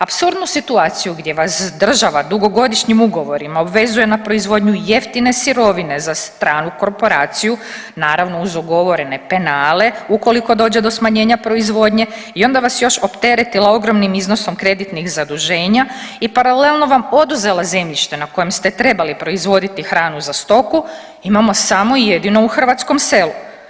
Apsurdnu situaciju gdje vas država dugogodišnjim ugovorima obvezuje na proizvodnju jeftine sirovine za stranu korporaciju naravno uz ugovorene penale ukoliko dođe do smanjenja proizvodnje i onda vas još opteretila ogromnim iznosom kreditnih zaduženja i paralelno vam oduzela zemljište na kojem ste trebali proizvoditi hranu za stoku imamo samo jedino u hrvatskom selu.